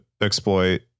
exploit